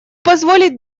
позволить